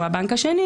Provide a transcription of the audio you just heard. שהוא הבנק השני,